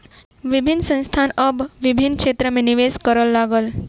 विभिन्न संस्थान आब विभिन्न क्षेत्र में निवेश करअ लागल